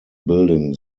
building